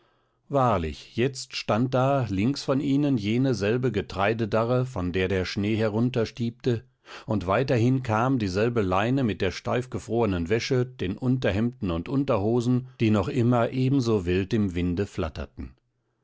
wirklich jetzt stand da links von ihnen jene selbe getreidedarre von der der schnee herunterstiebte und weiterhin kam dieselbe leine mit der steif gefrorenen wäsche den hemden und unterhosen die noch immer ebenso wild im winde flatterten